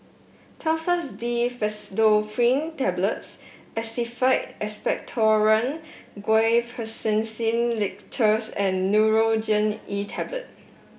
Telfast D Pseudoephrine Tablets Actified Expectorant Guaiphenesin Linctus and Nurogen E Tablet